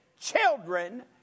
children